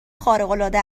خارقالعاده